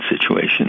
situation